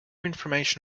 information